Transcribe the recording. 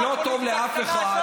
זה לא טוב לאף אחד,